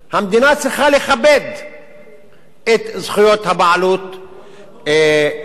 המדינה צריכה לכבד את זכויות הבעלות שלהם.